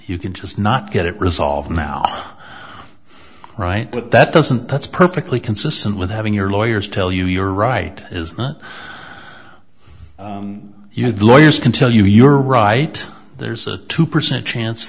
you can just not get it resolved now right but that doesn't that's perfectly consistent with having your lawyers tell you you're right is not you had lawyers can tell you you're right there's a two percent chance